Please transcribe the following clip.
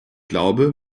glaube